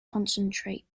concentrate